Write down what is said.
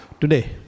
today